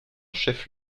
chef